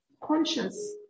conscious